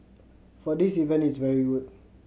so this event it's very good